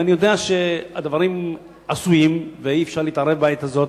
אני יודע שהדברים עשויים ואי-אפשר להתערב בעת הזאת,